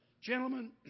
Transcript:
Gentlemen